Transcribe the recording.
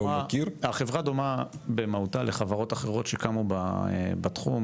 מכיר --- החברה דומה במהותה לחברות אחרות שקמו בתחום,